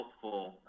helpful